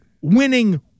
winning